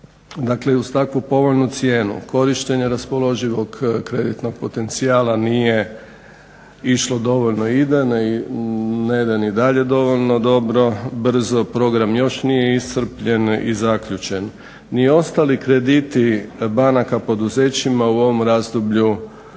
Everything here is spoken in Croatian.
tome i uz takvu povoljnu cijenu korištenja raspoloživog kreditnog potencijala nije išlo dovoljno, ne ide ni dalje dovoljno dobro, brzo. Program još nije iscrpljen i zaključen. Ni ostali krediti banaka poduzećima u ovom razdoblju